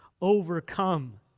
overcome